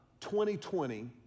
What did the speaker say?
2020